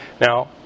Now